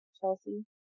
Chelsea